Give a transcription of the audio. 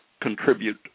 contribute